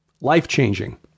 life-changing